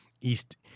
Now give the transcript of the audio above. east